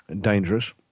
dangerous